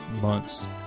month's